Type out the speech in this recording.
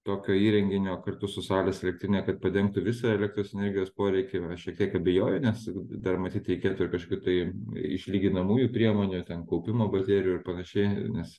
tokio įrenginio kartu su saulės elektrine kad padengtų visą elektros energijos poreikį aš šiek tiek abejoju nes dar matyt reikėtų ir kažkokių tai išlyginamųjų priemonių ten kaupimo baterijų ir panašiai nes